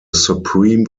supreme